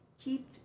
keep